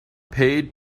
paid